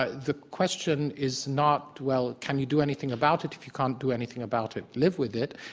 ah the question is not, well, can you do anything about it? if you can't do anything about it, live with it,